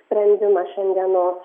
sprendimą šiandienos